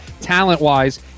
Talent-wise